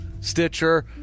stitcher